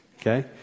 Okay